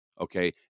Okay